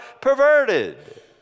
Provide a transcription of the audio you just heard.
perverted